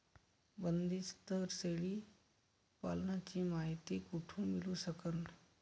बंदीस्त शेळी पालनाची मायती कुठून मिळू सकन?